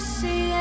see